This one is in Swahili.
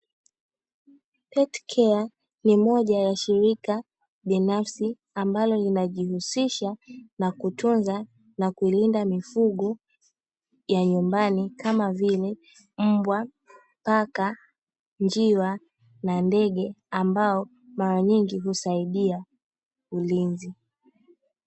"PetCare" ni moja ya shirika binafsi ambalo linajihusisha na kutunza na kuilinda mifugo ya nyumbani, kama vile: mbwa, paka, njiwa, na ndege; ambao mara nyingi husaidia ulinzi.